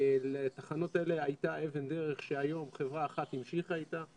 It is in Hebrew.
לתחנות האלה הייתה אבן דרך שהיום חברה אחת המשיכה איתה,